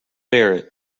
bear